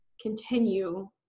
continue